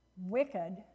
wicked